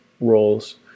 roles